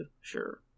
sure